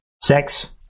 sex